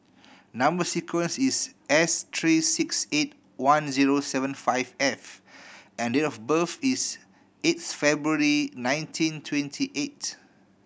number sequence is S three six eight one zero seven five F and date of birth is eighth February nineteen twenty eight